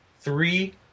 three